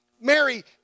Mary